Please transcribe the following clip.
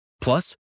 Plus